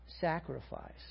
sacrifice